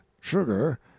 sugar